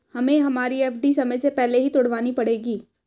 हमें हमारी एफ.डी समय से पहले ही तुड़वानी पड़ेगी